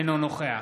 אינו נוכח